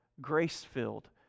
grace-filled